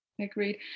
agreed